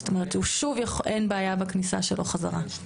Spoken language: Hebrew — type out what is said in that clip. אין בעיה בכניסה שלו חזרה.